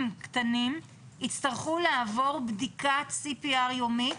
קטנים יצטרכו לעבור בדיקת CPR יומית,